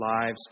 lives